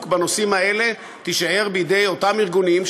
בנושאים האלה תישאר בידי אותם ארגונים,